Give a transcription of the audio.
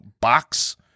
box